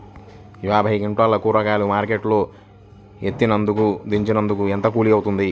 యాభై క్వింటాలు కూరగాయలు మార్కెట్ లో ఎత్తినందుకు, దించినందుకు ఏంత కూలి అవుతుంది?